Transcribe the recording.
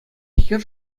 хӗр